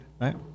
right